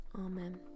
amen